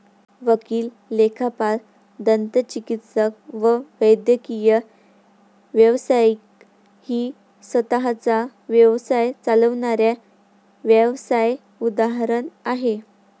वकील, लेखापाल, दंतचिकित्सक व वैद्यकीय व्यावसायिक ही स्वतः चा व्यवसाय चालविणाऱ्या व्यावसाय उदाहरण आहे